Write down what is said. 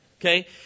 Okay